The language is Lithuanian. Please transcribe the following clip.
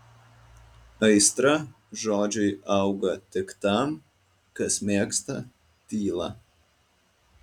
aistra žodžiui auga tik tam kas mėgsta tylą